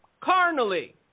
carnally